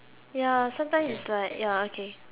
ya sometimes is like ya okay